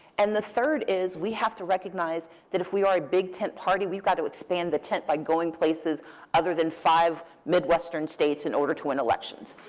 and the third is we have to recognize that if we are a big tent party, we've got to expand the tent by going places other than five midwestern states in order to win elections.